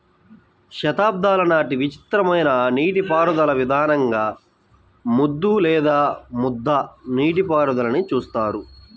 శతాబ్దాల నాటి విచిత్రమైన నీటిపారుదల విధానంగా ముద్దు లేదా ముద్ద నీటిపారుదలని చూస్తారు